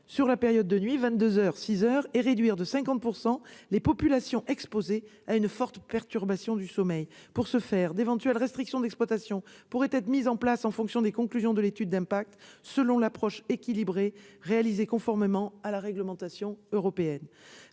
heures à six heures, et réduire de 50 % les populations exposées à une forte perturbation du sommeil. Pour ce faire, d'éventuelles restrictions d'exploitation pourraient être mises en place en fonction des conclusions de l'étude d'impact qui a été menée, dans une approche équilibrée, réalisée conformément à la réglementation européenne.